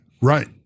right